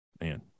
Man